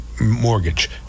mortgage